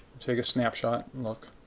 take a snapshot and look.